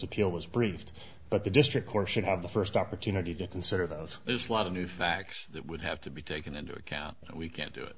appeal was approved but the district court should have the first opportunity to consider those there's a lot of new facts that would have to be taken into account but we can't do